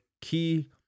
key